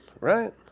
Right